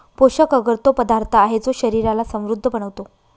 पोषक अगर तो पदार्थ आहे, जो शरीराला समृद्ध बनवतो